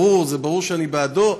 ברור שאני בעדו,